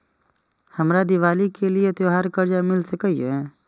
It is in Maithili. हमरा दिवाली के लिये त्योहार कर्जा मिल सकय?